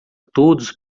todos